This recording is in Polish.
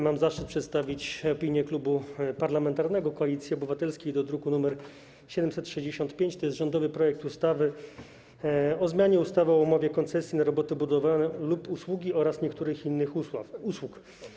Mam zaszczyt przedstawić opinię Klubu Parlamentarnego Koalicja Obywatelska dotyczącą druku nr 765, tj. rządowego projektu ustawy o zmianie ustawy o umowie koncesji na roboty budowlane lub usługi oraz niektórych innych ustaw.